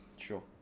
Sure